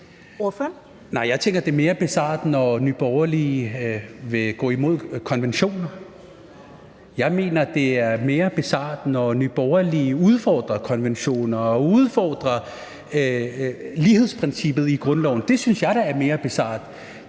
jeg tænker, at det er mere bizart, når Nye Borgerlige vil gå imod konventioner. Jeg mener, at det er mere bizart, når Nye Borgerlige udfordrer konventioner og udfordrer lighedsprincippet i grundloven. Det synes jeg da er mere bizart.